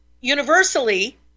Universally